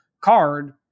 card